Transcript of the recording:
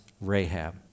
Rahab